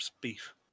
beef